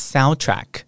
Soundtrack